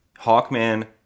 hawkman